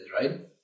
right